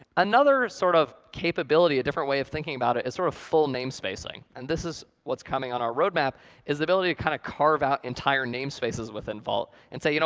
another sort of capability, a different way of thinking about it, is sort of full namespacing. and this is what's coming on our roadmap is the ability to kind of carve out entire namespaces within vault and say, you know